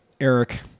Eric